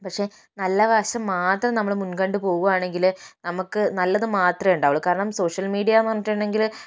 പക്ഷെ നല്ല വശം മാത്രം നമ്മൾ മുൻകണ്ട് പോവുകയാണെങ്കിൽ നമ്മൾക്ക് നല്ലത് മാത്രമേ ഉണ്ടാവുള്ളൂ കാരണം സോഷ്യൽ മീഡിയയെന്ന് പറഞ്ഞിട്ടുണ്ടെങ്കിൽ